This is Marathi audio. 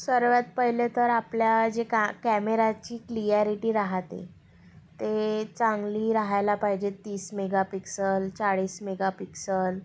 सर्वात पहिले तर आपल्या जे का कॅमेराची क्लियारीटी राहते ते चांगली राहायला पाहिजे तीस मेगापिक्सल चाळीस मेगापिक्सल